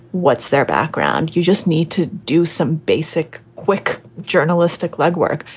what's their background? you just need to do some basic quick journalistic legwork.